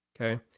Okay